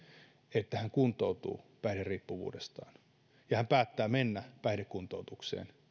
että hän kuntoutuu päihderiippuvuudestaan päättää mennä päihdekuntoutukseen